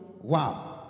Wow